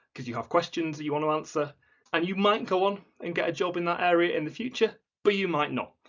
because you have questions you want to answer and you might go on and get a job in that area in the future but you might not,